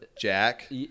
Jack